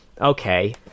okay